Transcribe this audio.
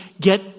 get